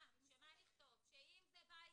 יש גבול